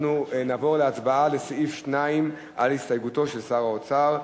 אנחנו נעבור להצבעה על סעיף 2 על הסתייגותו של שר האוצר.